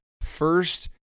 first